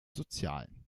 sozialen